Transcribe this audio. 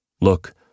Look